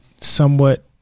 somewhat